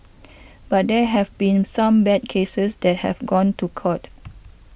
but there have been some bad cases that have gone to court